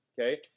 okay